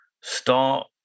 start